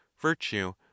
virtue